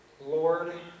Lord